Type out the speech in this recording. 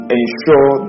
ensure